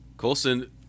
Colson